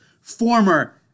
Former